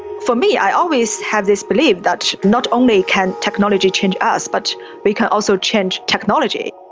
for me, i always have this belief that not only can technology change us, but we can also change technology.